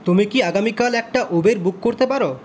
তুমি কি আগামীকাল একটা উবের বুক করতে পার